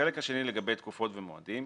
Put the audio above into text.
החלק השני, לגבי תקופות ומועדים,